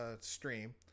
stream